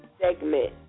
segment